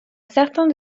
certains